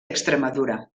extremadura